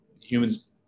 humans